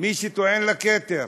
למי שטוען לכתר,